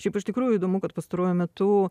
šiaip iš tikrųjų įdomu kad pastaruoju metu